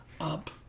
up